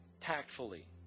tactfully